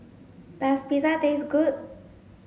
does Pizza taste good